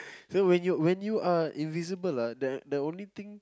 so when when you are invisible lah the the only thing